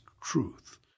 truth